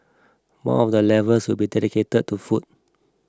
one of the levels will be dedicated to food